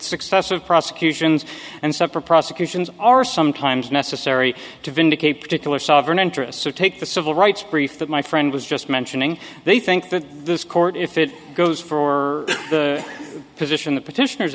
successive prosecutions and separate prosecutions are sometimes necessary to vindicate particular sovereign interests to take the civil rights brief that my friend was just mentioning they think that this court if it goes for the position the petitioners